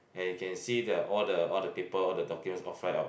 and you can see the all the all the paper all the documents all fly out